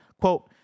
quote